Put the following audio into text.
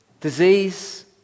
disease